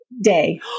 Day